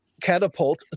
catapult